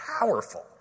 powerful